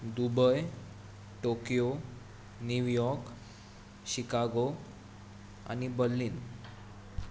Dubai Tokyo New York Chicago आनी Berlin